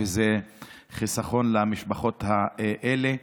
וזה חיסכון למשפחות האלה.